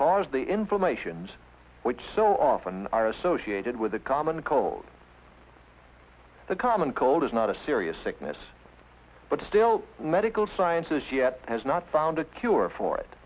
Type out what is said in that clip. cause the informations which so often are associated with the common cold the common cold is not a serious sickness but still medical science has yet has not found a cure for